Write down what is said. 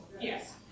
yes